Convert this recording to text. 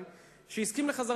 שהסכים לחלוקת ירושלים,